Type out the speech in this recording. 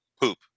poop